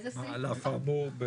איזה עמוד?